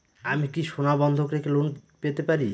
আমি কি সোনা বন্ধক রেখে লোন পেতে পারি?